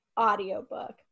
audiobook